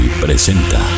presenta